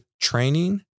training